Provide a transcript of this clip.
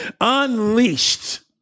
Unleashed